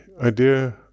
idea